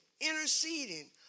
interceding